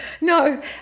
No